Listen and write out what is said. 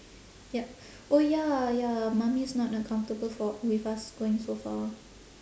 ya oh ya ya mummy's not uh comfortable for with us going so far